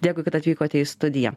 dėkui kad atvykote į studiją